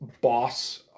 boss